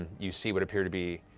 ah you see what appear to be